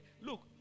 Look